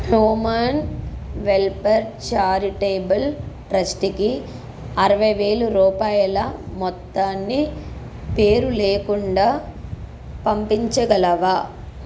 human welfare charitable ట్రస్ట్కి ఆరవై వేలు రూపాయల మొత్తాన్ని పేరు లేకుండా పంపించగలవా